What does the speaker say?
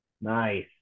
Nice